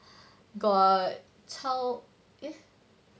got 超 eh